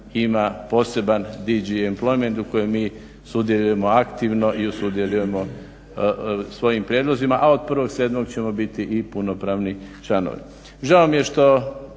ima poseban DG employment u kojem mi sudjelujemo aktivno i sudjelujemo svojim prijedlozima. A od 1.07. ćemo biti i punopravni članovi.